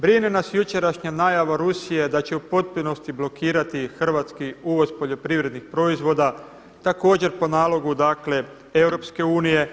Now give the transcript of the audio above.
Brine nas jučerašnja najava Rusije da će u potpunosti blokirati hrvatski uvoz poljoprivrednih proizvoda također po nalogu, dakle EU.